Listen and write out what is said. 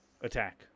attack